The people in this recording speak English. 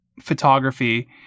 photography